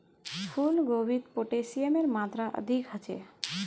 फूल गोभीत पोटेशियमेर मात्रा अधिक ह छे